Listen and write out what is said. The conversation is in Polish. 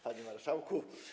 Panie Marszałku!